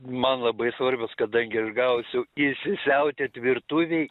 man labai svarbios kadangi aš gausiu įsisiautėt virtuvėj